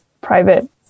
private